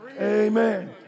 Amen